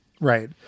Right